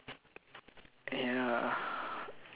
yeah